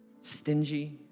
Stingy